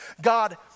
God